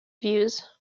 views